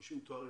50 עם תארים.